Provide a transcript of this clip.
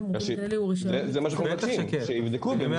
אז שיבדקו.